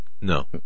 no